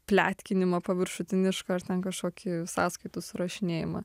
pletkinimo paviršutinišką ar ten kažkokį sąskaitų surašinėjimą